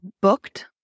booked